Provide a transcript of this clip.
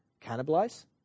cannibalize